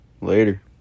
Later